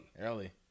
Early